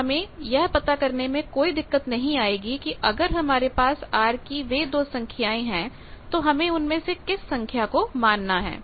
तो हमें यह पता करने में कोई दिक्कत नहीं आएगी कि अगर हमारे पास R की वे 2 संख्याएं हैं तो हमें उन में से किस संख्या को मानना है